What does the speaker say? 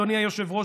אדוני היושב-ראש,